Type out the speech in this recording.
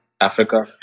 Africa